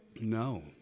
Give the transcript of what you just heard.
No